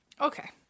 okay